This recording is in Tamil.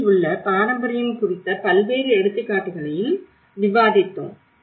ஆபத்தில் உள்ள பாரம்பரியம் குறித்த பல்வேறு எடுத்துக்காட்டுகளையும் விவாதித்தோம்